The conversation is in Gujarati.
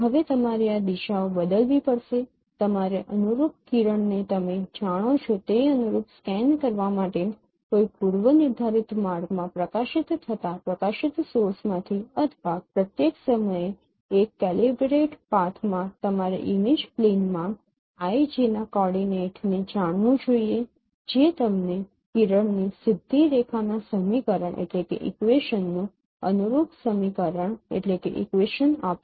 હવે તમારે આ દિશાઓ બદલવી પડશે તમારે અનુરૂપ કિરણને તમે જાણો છો તે અનુરૂપ સ્કેન કરવા માટે કોઈ પૂર્વનિર્ધારિત માર્ગમાં પ્રકાશિત થતાં પ્રકાશિત સ્રોતમાંથી અથવા પ્રત્યેક સમયે એક કેલિબ્રેટ પાથમાં તમારે ઇમેજ પ્લેનમાં i j ના કોઓર્ડિનેટ ને જાણવું જોઈએ જે તમને આ કિરણની સીધી રેખાના સમીકરણ નું અનુરૂપ સમીકરણ આપશે